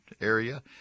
area